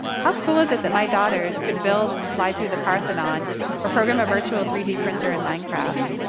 how cool is it that my daughters could build and fly through the parthenon or program a virtual three d printer in minecraft?